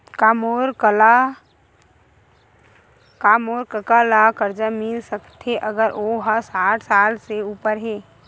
का मोर कका ला कर्जा मिल सकथे अगर ओ हा साठ साल से उपर हे?